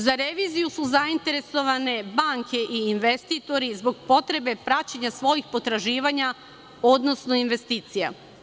Za reviziju su zainteresovane banke i investitori zbog potreba praćenja svojih potraživanja, odnosno investicija.